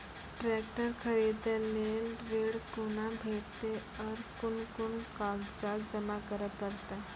Tractor खरीदै लेल ऋण कुना भेंटते और कुन कुन कागजात जमा करै परतै?